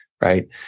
right